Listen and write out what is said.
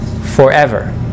forever